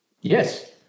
Yes